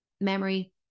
memory